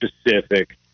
specific